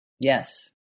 Yes